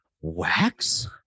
Wax